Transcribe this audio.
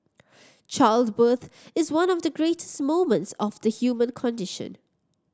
childbirth is one of the greatest moments of the human condition